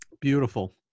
Beautiful